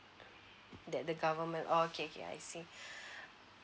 that the government okay okay I see